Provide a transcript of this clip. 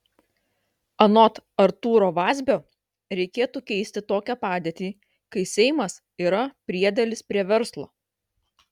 anot artūro vazbio reikėtų keisti tokią padėtį kai seimas yra priedėlis prie verslo